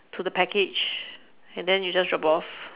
to the package and then you just drop off